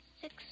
six